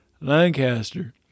Lancaster